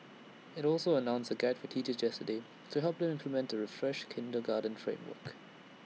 IT also announced A guide for teachers yesterday to help them implement the refreshed kindergarten framework